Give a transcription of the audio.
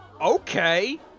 okay